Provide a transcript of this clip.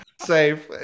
safe